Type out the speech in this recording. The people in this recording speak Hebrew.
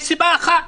יש סיבה אחת,